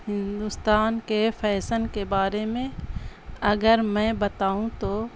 ہندوستان کے فیشن کے بارے میں اگر میں بتاؤں تو